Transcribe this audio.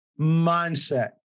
mindset